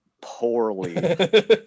poorly